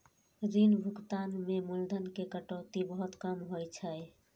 ऋण भुगतान मे मूलधन के कटौती बहुत कम होइ छै